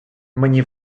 мені